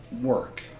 work